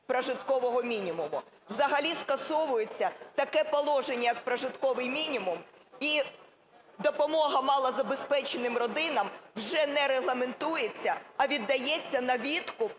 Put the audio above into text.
прожиткового мінімуму. Взагалі скасовується таке положення як прожитковий мінімум і допомога малозабезпеченим родинам вже не регламентується, а віддається на відкуп,